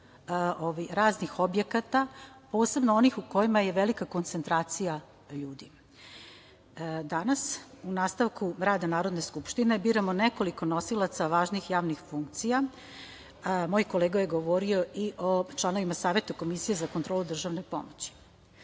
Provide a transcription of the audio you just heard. raznih objekata, posebno onih u kojima je velika koncentracija ljudi. Danas u nastavku rada Narodne skupštine biramo nekoliko nosilaca važnih javnih funkcija. Moj kolega je govorio i o članovima Saveta komisije za kontrolu državne pomoći. Pored